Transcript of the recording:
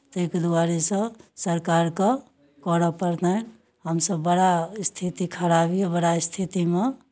ताहिके दुआरेसँ सरकारकेँ करय पड़तनि हमसभ बड़ा स्थिति खराब यए बड़ा स्थितिमे